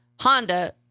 honda